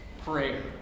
prayer